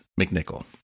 McNichol